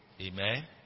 Amen